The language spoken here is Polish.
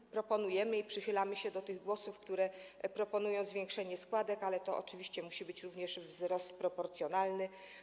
Sami proponujemy i przychylamy się do tych głosów, które proponują zwiększenie składek, ale oczywiście musi to być również wzrost proporcjonalny.